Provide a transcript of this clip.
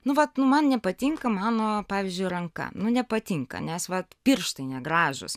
nu vat man nepatinka mano pavyzdžiui ranka nu nepatinka nes vat pirštai negražūs